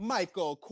Michael